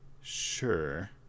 Sure